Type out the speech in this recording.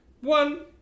One